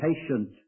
patient